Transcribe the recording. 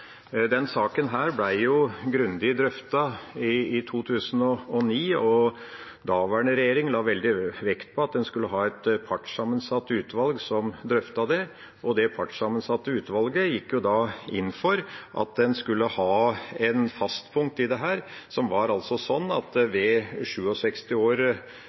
grundig drøftet i 2009, og daværende regjering la veldig vekt på at den skulle ha et partssammensatt utvalg som drøftet det. Det partssammensatte utvalget gikk da inn for at en skulle ha et fast punkt i dette som var sånn at ved 67 år